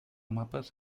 mapes